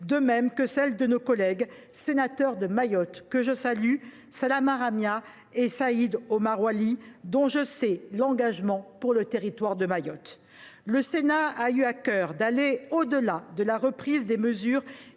de même que celle de nos collègues sénateurs de Mayotte, que je salue, Salama Ramia et Saïd Omar Oili, dont je connais l’engagement pour ce territoire. Le Sénat a eu à cœur d’aller au delà de la reprise des mesures